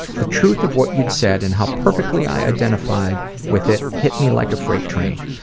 the truth of what you'd said and how perfectly i identified with it hit me like a freight train.